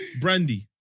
Brandy